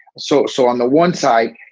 so so on the one side,